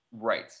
Right